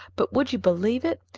but would you believe it?